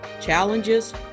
challenges